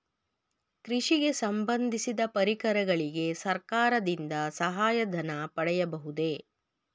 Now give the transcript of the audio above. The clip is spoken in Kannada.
ಕೃಷಿಗೆ ಸಂಬಂದಿಸಿದ ಪರಿಕರಗಳಿಗೆ ಸರ್ಕಾರದಿಂದ ಸಹಾಯ ಧನ ಪಡೆಯಬಹುದೇ?